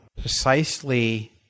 precisely